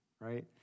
right